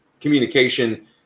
Communication